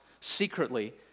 secretly